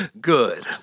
good